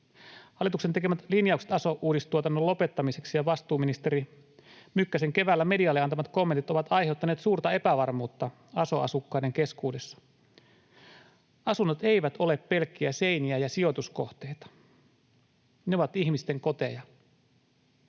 Hallituksen tekemät linjaukset aso-uudistuotannon lopettamiseksi ja vastuuministeri Mykkäsen keväällä medialle antamat kommentit ovat aiheuttaneet suurta epävarmuutta aso-asukkaiden keskuudessa. Asunnot eivät ole pelkkiä seiniä ja sijoituskohteita. Ne ovat ihmisten koteja,